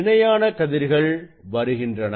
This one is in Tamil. இணையான கதிர்கள் வருகின்றன